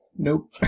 Nope